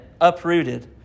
uprooted